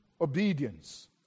obedience